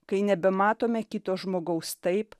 kai nebematome kito žmogaus taip